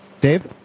Dave